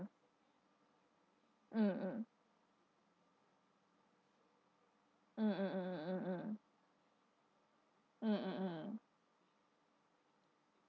mm mm mm mm mm mm mm mm mm mm mm